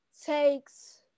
takes